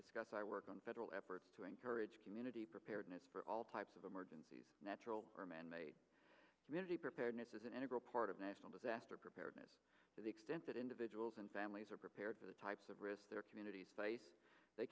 discuss i work on federal efforts to encourage community preparedness for all types of emergencies natural or manmade miti preparedness is an integral part of national disaster preparedness to the extent that individuals and families are prepared for the types of risks their communities face they